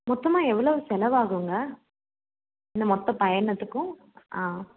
மொத்தமாக எவ்வளோ செலவாகுங்க இந்த மொத்த பயணத்துக்கும் ஆ